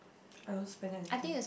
I don't spend anything